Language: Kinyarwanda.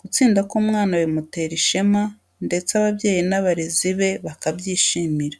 gutsinda k'umwana bimutera ishema ndetse ababyeyi n'abarezi be bakabyishimira.